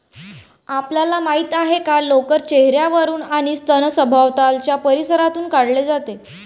आपल्याला माहित आहे का लोकर चेहर्यावरून आणि स्तन सभोवतालच्या परिसरातून काढले जाते